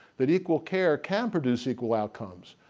that equal care can produce equal outcomes.